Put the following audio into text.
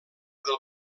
del